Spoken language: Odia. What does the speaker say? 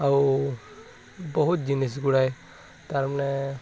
ଆଉ ବହୁତ ଜିନିଷ୍ ଗୁଡ଼ାଏ ତା'ରମାନେ